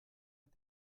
ist